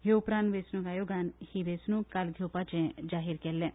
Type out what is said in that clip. ते उपरांत वेंचणूक आयोगान ही वेंचणूक काल घेवपाचें जाहीर केल्लें